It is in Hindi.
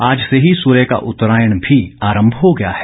आज से ही सूर्य का उत्तरायण भी आरंभ हो गया है